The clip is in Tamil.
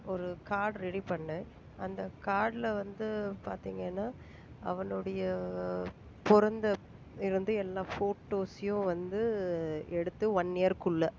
ஒரு கார்ட் ரெடி பண்ணேன் அந்த கார்ட்டில் வந்து பார்த்தீங்கன்னா அவனுடைய பிறந்த இருந்து எல்லா ஃபோட்டோஸையும் வந்து எடுத்து ஒன் இயர்க்குள்ளே